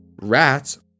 Rats